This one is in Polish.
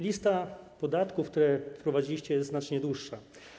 Lista podatków, które wprowadziliście, jest znacznie dłuższa.